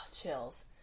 Chills